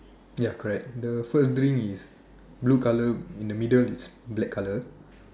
ya correct the first drink is blue color in the middle is black color